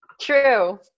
true